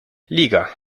liga